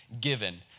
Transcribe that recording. given